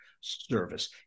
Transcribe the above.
service